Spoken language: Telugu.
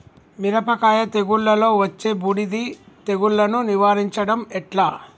మిరపకాయ తెగుళ్లలో వచ్చే బూడిది తెగుళ్లను నివారించడం ఎట్లా?